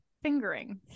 fingering